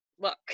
look